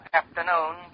afternoon